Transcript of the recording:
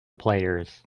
players